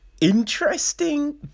interesting